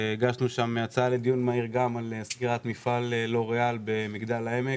בהצעה לדיון מהיר על סגירת מפעל לוריאל במגדל העמק,